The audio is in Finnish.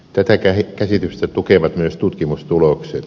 tätä käsitystä tukevat myös tutkimustulokset